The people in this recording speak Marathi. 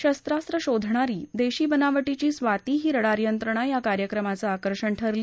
शस्त्रास्त्र शोधणारी देशी बनावटीची स्वाती ही रडार यंत्रणा या कार्यक्रमाचं आकर्षण ठरली